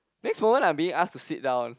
next moment I'm being asked to sit down